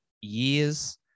years